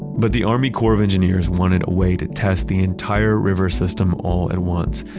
but the army corps of engineers wanted a way to test the entire river system all at once,